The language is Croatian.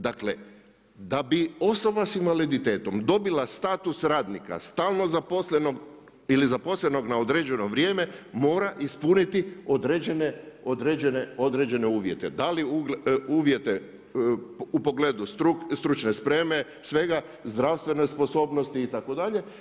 Dakle, da bi osoba s invaliditetom, dobila status radnika, stalno zaposlenog ili zaposlenog na određenog vrijeme, mora ispuniti određene uvjet, da li uvjete u pogledu stručne spreme, svega zdravstvene sposobnosti itd.